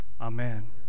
amen